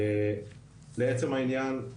לעצם העניין,